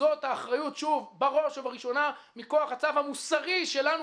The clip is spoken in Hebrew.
זאת האחריות, בראש ובראשונה מכוח הצו המוסרי שלנו,